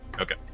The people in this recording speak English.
Okay